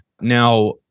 Now